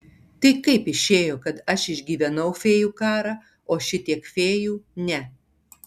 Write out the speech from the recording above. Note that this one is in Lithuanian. tai kaip išėjo kad aš išgyvenau fėjų karą o šitiek fėjų ne